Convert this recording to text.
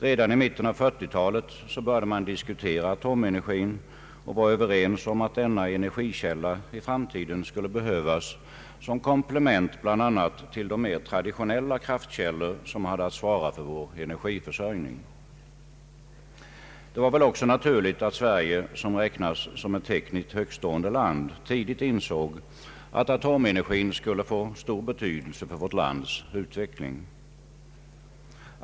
Redan i mitten av 1940-talet började man diskutera atomenergin och var överens om att denna energikälla i framtiden skulle behövas som komplement bl.a. till de mer traditionella kraftkällor som hade att svara för vår energiförsörjning. Det var väl också naturligt att Sverige, som räknas som ett tekniskt högtstående land, tidigt insåg att atomenergin skulle få stor betydelse för vårt lands utveckling.